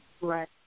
Right